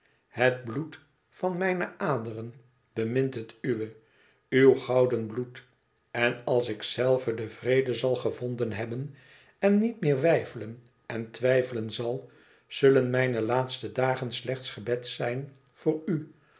het bloed van mijne aderen bemint het uwe uw gouden bloed en als ikzelve den vrede zal gevonden hebben en niet meer weifelen en twijfelen zal zullen mijne laatste dagen slechts gebed zijn voor